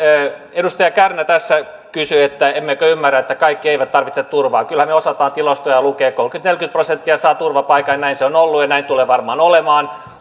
edustaja kärnä tässä kysyi emmekö ymmärrä että kaikki eivät tarvitse turvaa kyllä me osaamme tilastoja lukea kolmekymmentä viiva neljäkymmentä prosenttia saa turvapaikan ja näin se on ollut ja näin tulee varmaan olemaan